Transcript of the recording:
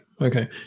okay